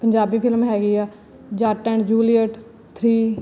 Punjabi film ਹੈਗੀ ਆ Jatt and Juliet three